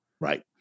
Right